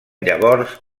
llavors